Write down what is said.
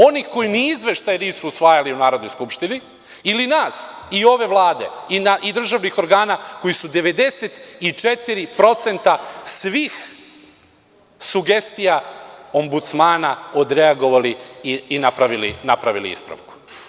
Oni koji ni izveštaj nisu usvajali u Narodnoj skupštini ili nas i ove Vlade i državnih organa koji su na 94% svih sugestija ombudsmana odreagovali i napravili ispravku?